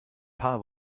paar